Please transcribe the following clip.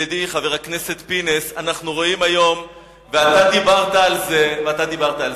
ידידי חבר הכנסת פינס, ואתה דיברת על זה,